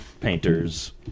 painters